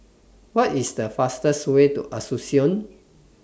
What IS The fastest Way to Asuncion